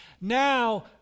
Now